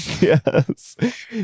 yes